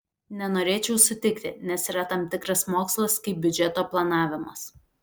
nenorėčiau sutikti nes yra tam tikras mokslas kaip biudžeto planavimas